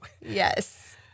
Yes